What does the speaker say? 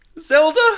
Zelda